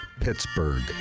Pittsburgh